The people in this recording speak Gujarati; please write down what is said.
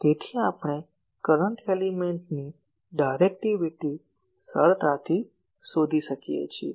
તેથી આપણે કરંટ એલિમેન્ટની ડાયરેક્ટિવિટી સરળતાથી શોધી શકીએ છીએ